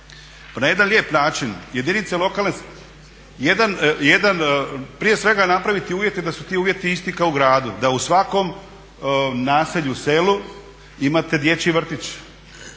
na jedan lijep način, jedinice lokalne samouprave, jedan prije svega napraviti uvjete da su ti uvjeti isti kao u gradu. Da u svakom naselju, selu imate dječji vrtić.